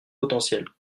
potentielle